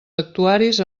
actuaris